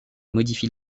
modifie